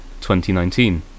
2019